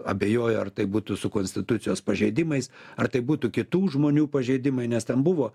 abejojo ar tai būtų su konstitucijos pažeidimais ar tai būtų kitų žmonių pažeidimai nes ten buvo